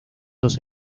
dos